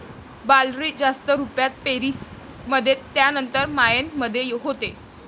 barley जास्त रुपात Paris मध्ये त्यानंतर मायेन मध्ये होते